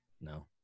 no